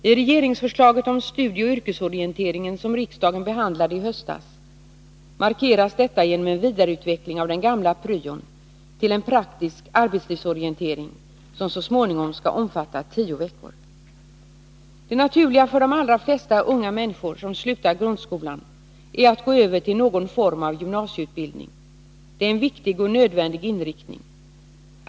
I regeringsförslaget om studieoch yrkesorienteringen som riksdagen behandlade i höstas markeras detta genom en vidareutveckling av den gamla pryon till en praktisk arbetslivsorientering, som så småningom skall omfatta tio veckor. Det naturliga för de allra flesta unga människor som slutar grundskolan är att gå över till någon form av gymnasieutbildning. Det är en viktig och nödvändig inriktning.